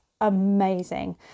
amazing